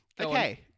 Okay